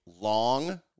long